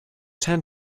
ten